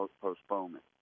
postponement